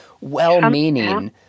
well-meaning